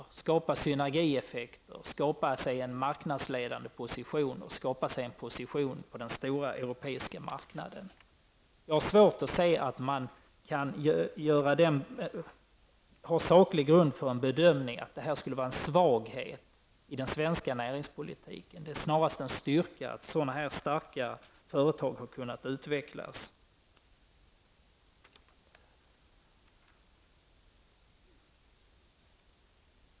De skapar synergieffekter, en marknadsledande position och en position på den stora europeiska marknaden. Jag har svårt att se att man har saklig grund för bedömningen att detta skulle vara en svaghet i den svenska näringspolitiken. Det är snarast en styrka att sådana starka företag har kunnat utvecklas.